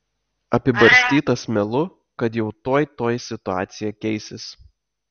apibarstytas melu kad jau tuoj tuoj situacija keisis